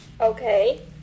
Okay